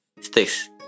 Sticks